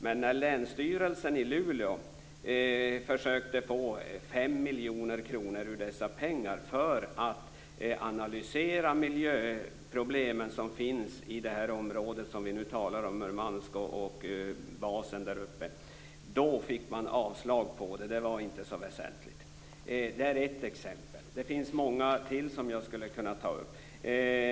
Men när Länsstyrelsen i Luleå försökte få 5 miljoner kronor av dessa pengar för att analysera de miljöproblem som finns i det område som vi nu talar om, Murmansk och basen där uppe, fick man avslag. Det var inte så väsentligt. Det är ett exempel, men det finns många andra exempel som jag skulle kunna ta upp.